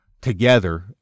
together